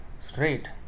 straight